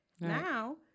Now